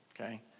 Okay